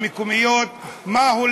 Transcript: --- תודה רבה.